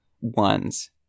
ones